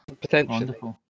Potentially